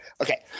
Okay